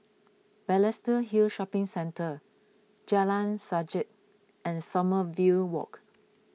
Balestier Hill Shopping Centre Jalan Sajak and Sommerville Walk